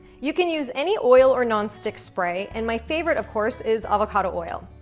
you can use any oil or non-stick spray, and my favorite, of course, is avocado oil.